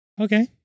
Okay